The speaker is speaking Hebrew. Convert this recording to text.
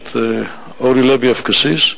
הכנסת אורלי לוי אבקסיס,